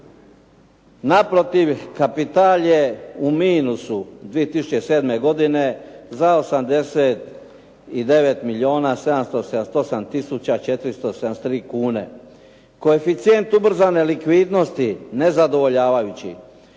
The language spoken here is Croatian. Naprotiv, kapital je u minusu 2007. godine za 89 milijuna 788 tisuća 473 kune. Koeficijent ubrzane likvidnosti, nezadovoljavajući.